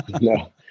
No